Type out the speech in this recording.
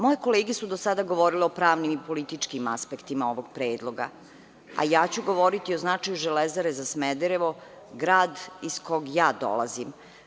Moje kolege su do sada govorile o pravnim i političkim aspektima ovog predloga, a ja ću govoriti o značaju „Železare“ za Smederevo, grad iz kog ja dolazim.